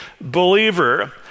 believer